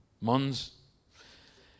Mons